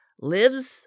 lives